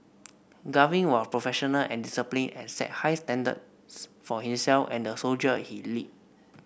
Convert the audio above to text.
Gavin was professional and disciplined and set high standard for himself and the soldier he led